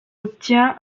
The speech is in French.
obtient